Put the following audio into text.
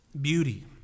beauty